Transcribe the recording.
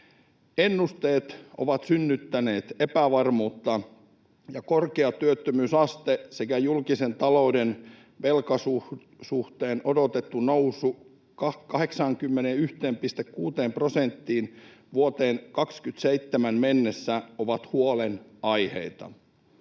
Ennusteet ovat synnyttäneet epävarmuutta, ja korkea työttömyysaste sekä julkisen talouden velkasuhteen odotettu nousu 81,6 prosenttiin vuoteen 27 mennessä ovat huolenaiheita.